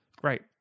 great